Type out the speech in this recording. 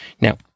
Now